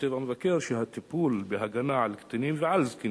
כותב המבקר שהטיפול בהגנה על קטינים ועל זקנים